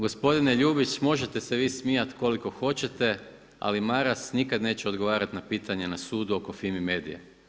Gospodine Ljubić možete se vi smijati koliko hoćete, ali Maras nikad neće odgovarati na pitanje na sudu oko FIMI Medije.